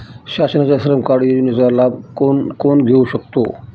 शासनाच्या श्रम कार्ड योजनेचा लाभ कोण कोण घेऊ शकतो?